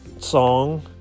song